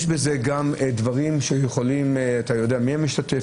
יש בזה גם את זה שאתה יודע מי המשתתף,